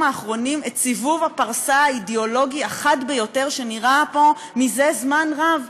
האחרונים את סיבוב הפרסה האידיאולוגי החד ביותר שנראה פה מזה זמן רב.